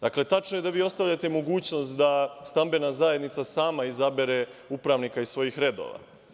Dakle, tačno je da vi ostavljate mogućnost da stambena zajednica sama izabere upravnika iz svojih redova.